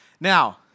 Now